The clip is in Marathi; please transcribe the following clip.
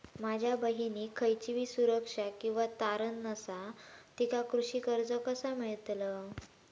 माझ्या बहिणीक खयचीबी सुरक्षा किंवा तारण नसा तिका कृषी कर्ज कसा मेळतल?